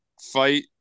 fight